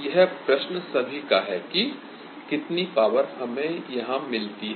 I यह प्रश्न सभी का है कि कितनी पॉवर हमें यहाँ मिलती है